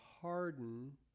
harden